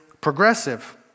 progressive